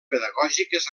pedagògiques